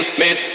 miss